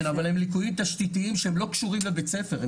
כן אגל הם ליקויים תשתיתיים שלא קשורים לבית הספר.